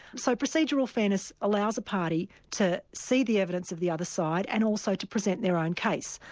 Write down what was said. so procedural fairness allows a party to see the evidence of the other side, and also to present their own case.